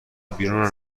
بیرون